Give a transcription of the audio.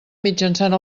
mitjançant